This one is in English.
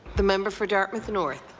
the member for dartmouth north.